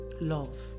love